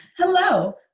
Hello